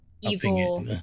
evil